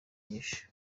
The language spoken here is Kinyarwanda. nyinshi